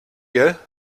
gell